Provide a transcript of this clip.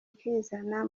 ukizana